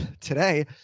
today